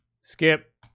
Skip